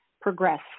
progress